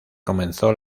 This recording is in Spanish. comenzó